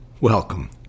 Welcome